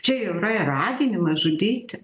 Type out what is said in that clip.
čia jau yra ir raginimas žudyti